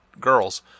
girls